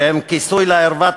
שהם כיסוי לערווה,